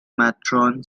matron